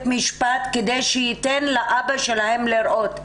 משפט כדי שייתן לאבא שלהם לראות אותם.